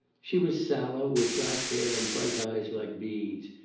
she was sallow, with black hair and bright eyes like beads.